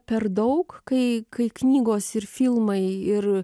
per daug kai kai knygos ir filmai ir